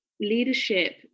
leadership